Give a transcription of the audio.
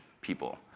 people